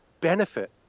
benefit